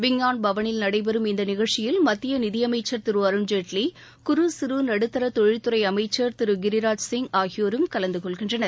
விஞ்ஞான் பவனில் நடைபெறும் இந்த நிகழ்ச்சியில் மத்திய நிதியமைச்சர் திரு அருண் ஜேட்லி குறு சிறு நடுத்தர தொழில்துறை அமைச்சர் திரு கிரிராஜ் சிங் ஆகியோரும் கலந்தகொள்கின்றனர்